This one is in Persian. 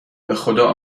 بخدا